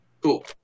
Cool